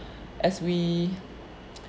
as we